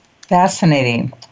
Fascinating